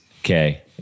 Okay